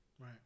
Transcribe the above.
Right